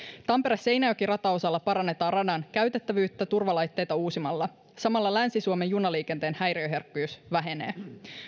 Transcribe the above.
tampere seinäjoki rataosalla parannetaan radan käytettävyyttä turvalaitteita uusimalla samalla länsi suomen junaliikenteen häiriöherkkyys vähenee